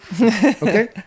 Okay